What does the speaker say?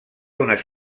unes